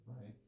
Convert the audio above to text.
right